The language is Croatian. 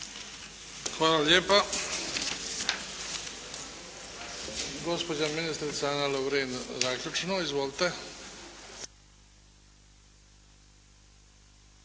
Hvala lijepa. Gospođa ministrica Ana Lovrin, zaključno. Izvolite!